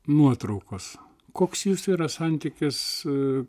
nuotraukos koks jūsų yra santykis su